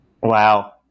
wow